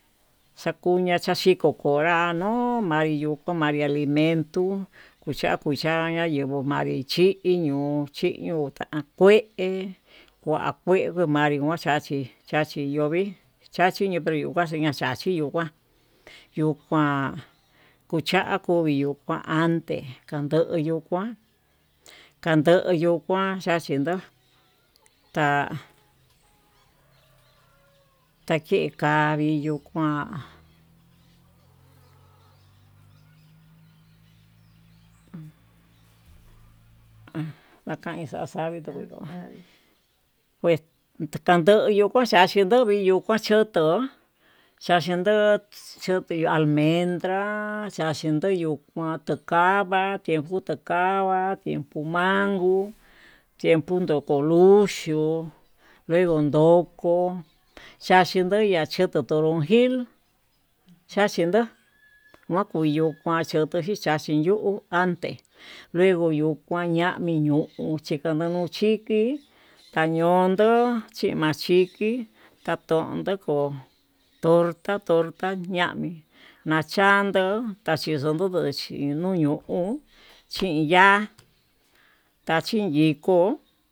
Xakuña xaxhiko konrá ño'o manri yuku manri alimento, kucha kucha nayenguo manrichiño chiño ta'a kue manri kua manri kuxhachí, chachi ñovii chachi yuu kua yukuan kuchachu yuu kuante kando yuu kuan kandoyu kuan xhaxhin ndo'o ta takekavi yuu kuan, an xakain xaxavi tu viko pues xandoyo tu kaxhi yuu kua chotó xhachindo xhoto almendra xhaxhiyo tuu kuan tu kava'a yuu kuta kava'a enpumango xhekundo ko'o luxhió, luego ndoko xhachindo kochendo torojil xhachindo na'a kuyu kuan noko xhaxhin yuu anté luego yuu kuan ko kan ñamii ñuu, chikonon chiki tañondo chimachiki ta tondo ko'o torta torta cha'ami nachando chachindoto nduchí nuu ñuu chinya'a tachin yiko.